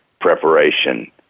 preparation